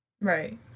Right